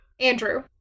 Andrew